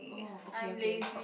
oh okay okay